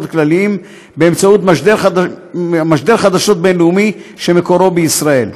כלליים באמצעות מְשדר חדשות בין-לאומי שמקורו בישראל.